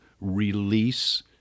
release